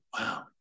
wow